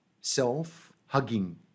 Self-hugging